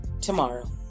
tomorrow